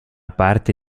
parte